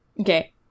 Okay